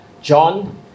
John